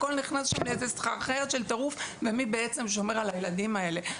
הכל נכנס שם לתוך סחרחורת של טירוף ומי בעצם שומר עכשיו על הילדים האלה?